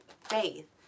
faith